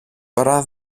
ώρα